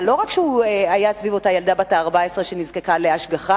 לא רק שהוא היה סביב אותה ילדה בת 14 שנזקקה להשגחה,